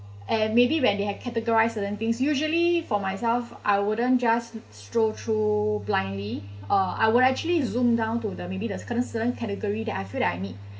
eh maybe when they had categorised certain things usually for myself I wouldn't just scroll through blindly uh I will actually zoom down to the maybe the curtain certain category that I feel that I need